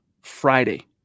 Friday